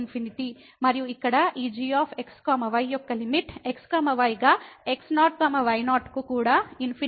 మరియు ఇక్కడ ఈ g x y యొక్క లిమిట్ x y గా x0 y0 కు కూడా ఇన్ఫినిటీ